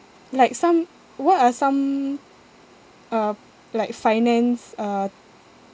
like some what are some uh like finance uh